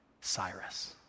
Cyrus